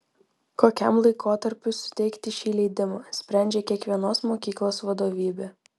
kokiam laikotarpiui suteikti šį leidimą sprendžia kiekvienos mokyklos vadovybė